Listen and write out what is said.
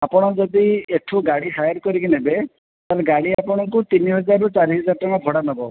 ଆପଣ ଯଦି ଏଇଠୁ ଗାଡ଼ି ହାୟର କରିକି ନେବେ ତାହେଲେ ଗାଡ଼ି ଆପଣଙ୍କୁ ତିନି ହଜାର ରୁ ଚାରି ହଜାର ଟଙ୍କା ଭଡ଼ା ନେବ